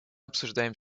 обсуждаем